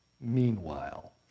meanwhile